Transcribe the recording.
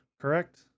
correct